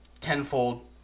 tenfold